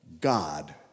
God